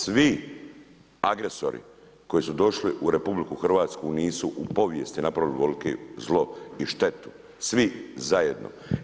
Svi agresori koji su došli u RH nisu u povijesti napravili ovoliko zlo i štetu, svi zajedno.